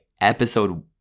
episode